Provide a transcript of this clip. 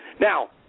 Now